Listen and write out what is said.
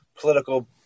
political